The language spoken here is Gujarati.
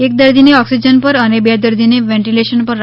એક દર્દીને ઓક્સિજન પર અને બે દર્દીને વેન્ટીલેશન પર રખાયા છે